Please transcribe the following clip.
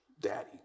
daddy